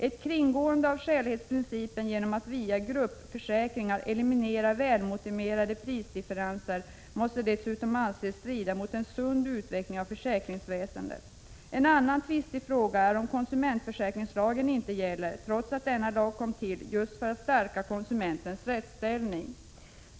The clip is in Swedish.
Ett kringgående av skälighetsprincipen genom att via gruppförsäkringar eliminera välmotiverade prisdifferenser måste dessutom anses strida mot en sund utveckling av försäkringsväsendet. En annan tvistig fråga är att konsumentförsäkringslagen inte gäller, trots att denna lag kom till just för att stärka konsumentens rättsställning.